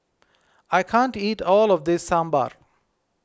I can't eat all of this Sambar